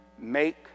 Make